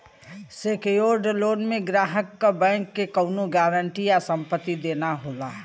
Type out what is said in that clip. secured loan में ग्राहक क बैंक के कउनो गारंटी या संपत्ति देना होला